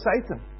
Satan